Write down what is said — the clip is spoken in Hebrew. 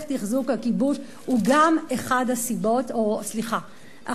תחזוק הכיבוש הוא גם אחת הסיבות לכך